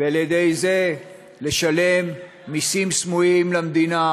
ועל-ידי זה לשלם מסים סמויים למדינה